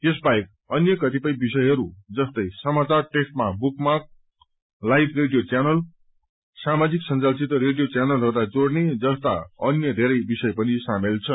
यसबाहेक अन्य कतिपय विषयहरू जस्तै समाचार टेक्स्टमा bookmark live radio channel समाजिक संजाल रेडियो च्यानलहरूलाई जोड़ने जस्ता अनय धेरै विषय पनि सामेल छन्